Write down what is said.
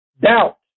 Doubt